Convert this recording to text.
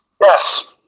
yes